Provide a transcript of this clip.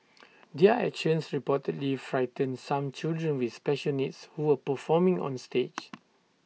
their actions reportedly frightened some children with special needs who were performing on stage